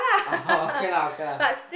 ah hor okay lah okay lah